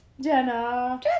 Jenna